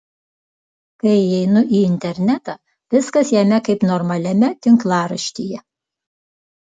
kai įeinu į internetą viskas jame kaip normaliame tinklaraštyje